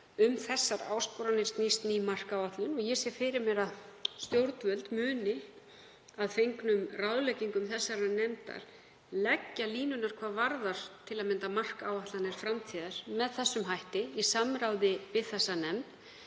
Um þessar áskoranir snýst ný markáætlun og ég sé fyrir mér að stjórnvöld muni, að fengnum ráðleggingum þessarar nefndar, leggja línurnar hvað varðar til að mynda markáætlanir framtíðar með þessum hætti í samráði við þessa nefnd.